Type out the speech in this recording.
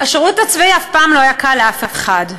השירות הצבאי אף פעם לא היה קל לאף אחד,